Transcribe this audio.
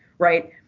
Right